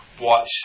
watch